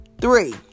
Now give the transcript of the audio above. Three